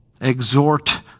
exhort